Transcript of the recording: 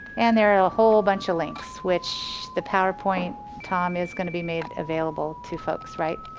and there are a whole bunch of links which the powerpoint tom is going to be made available to folks, right.